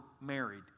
married